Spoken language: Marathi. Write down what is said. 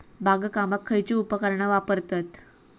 बागकामाक खयची उपकरणा वापरतत?